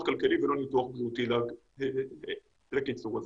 כלכלי ולא לניתוח בריאותי לקיצור הזה.